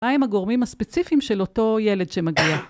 מהם הגורמים הספציפיים של אותו ילד שמגיע?